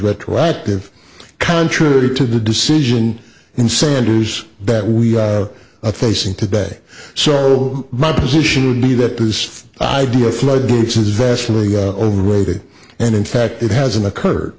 retroactive contrary to the decision in sanders that we are facing today so my position would be that this idea of flood routes is vastly overrated and in fact it hasn't occurred